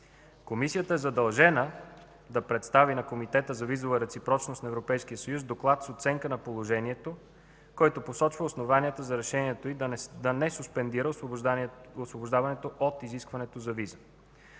Комисията е задължена да представи на Комитета за визова реципрочност на Европейския съюз доклад с оценка на положението, в който посочва основанието за решението и да не суспендира освобождаването от изискването за виза.